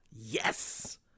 yes